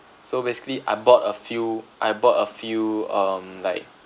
so basically I bought a few I bought a few um like